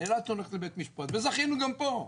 אילת הולכת לבית משפט וזכינו גם פה.